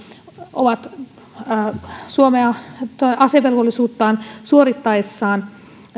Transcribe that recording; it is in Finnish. ovat asevelvollisuuttaan suorittaessaan